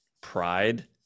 pride